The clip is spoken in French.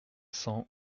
cents